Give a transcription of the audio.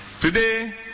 Today